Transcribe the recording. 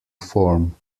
form